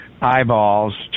eyeballs